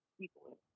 people